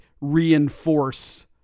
reinforce